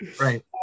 Right